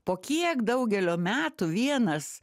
po kiek daugelio metų vienas